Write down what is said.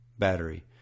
battery